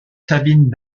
sabine